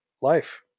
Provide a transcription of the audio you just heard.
life